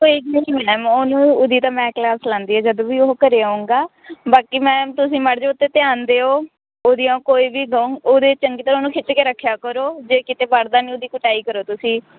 ਕੋਈ ਨਹੀਂ ਮੈਮ ਉਹਨੂੰ ਉਹ ਦੀ ਤਾਂ ਮੈਂ ਕਲਾਸ ਲਾਉਂਦੀ ਹਾਂ ਜਦ ਵੀ ਉਹ ਘਰ ਆਉਂਗਾ ਬਾਕੀ ਮੈਮ ਤੁਸੀਂ ਮਾੜਾ ਜਿਹਾ ਉਹ 'ਤੇ ਧਿਆਨ ਦਿਓ ਉਹਦੀਆਂ ਕੋਈ ਵੀ ਉਹਦੇ ਚੰਗੀ ਤਰ੍ਹਾਂ ਉਹਨੂੰ ਖਿੱਚ ਕੇ ਰੱਖਿਆ ਕਰੋ ਜੇ ਕਿਤੇ ਪੜ੍ਹਦਾ ਨਹੀਂ ਉਹਦੀ ਕੁਟਾਈ ਕਰੋ ਤੁਸੀਂ